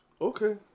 Okay